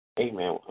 Amen